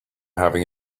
having